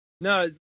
no